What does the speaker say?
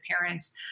parents